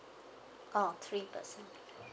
oh three percent